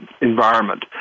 environment